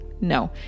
No